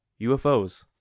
UFOs